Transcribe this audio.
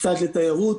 קצת לתיירות.